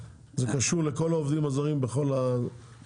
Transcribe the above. זה קשור לכל העובדים הזרים מכל הסוגים.